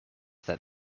that